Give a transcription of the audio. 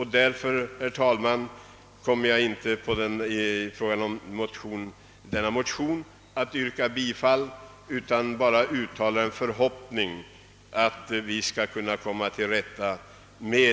Därför kommer jag inte att yrka bifall till denna motion.